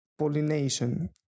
Pollination